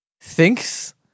thinks